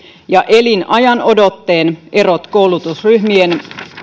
elinajanodotteen erot koulutusryhmien